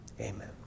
Amen